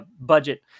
budget